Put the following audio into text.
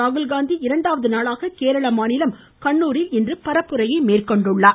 ராகுல்காந்தி இரண்டாவது நாளாக கேரள மாநிலம் கண்ணூரில் இன்று பரப்புரை மேற்கொண்டுள்ளார்